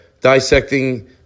dissecting